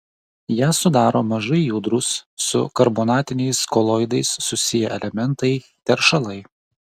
ją sudaro mažai judrūs su karbonatiniais koloidais susiję elementai teršalai